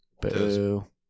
Boo